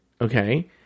okay